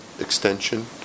extension